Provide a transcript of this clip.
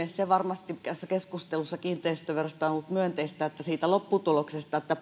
se varmasti tässä keskustelussa kiinteistöverosta on ollut myönteistä että siitä lopputuloksesta että